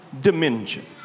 dimension